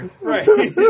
Right